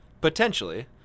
Potentially